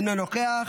אינו נוכח,